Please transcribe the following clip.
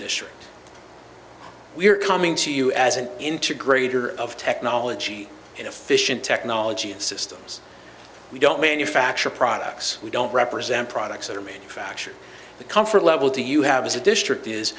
district we are coming to you as an integrator of technology and efficient technology systems we don't manufacture products we don't represent products that are manufactured the comfort level to you have as a district is